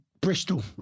bristol